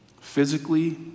physically